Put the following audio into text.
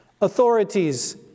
authorities